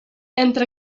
entre